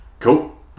Cool